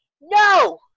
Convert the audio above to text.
No